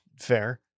fair